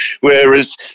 Whereas